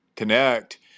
connect